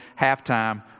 halftime